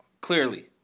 clearly